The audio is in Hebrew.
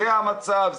זה המצב,